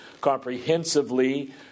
comprehensively